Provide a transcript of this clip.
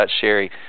Sherry